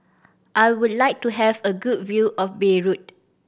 I would like to have a good view of Beirut